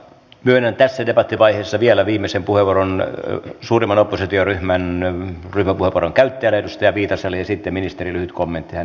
myönnän tässä debattivaiheessa vielä viimeisen puheenvuoron suurimman oppositioryhmän ryhmäpuheenvuoron käyttäjälle edustaja viitaselle ja sitten ministerin lyhyt kommentti hän joutuu lähtemään